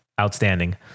Outstanding